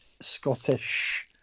Scottish